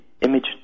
Image